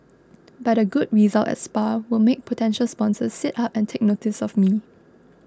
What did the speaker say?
but a good result at Spa will make potential sponsors sit up and take notice of me